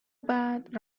بعد